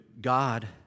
God